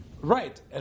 Right